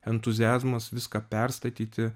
entuziazmas viską perstatyti